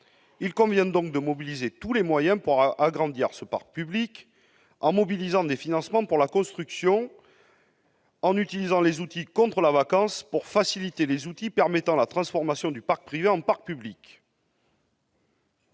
Il convient donc de mobiliser tous les moyens pour agrandir ce parc public, en rassemblant des financements pour la construction, en utilisant les outils contre la vacance, ce qui facilitera l'utilisation d'outils permettant la transformation du parc privé en parc public